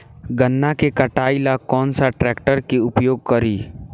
गन्ना के कटाई ला कौन सा ट्रैकटर के उपयोग करी?